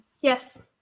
Yes